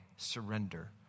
Surrender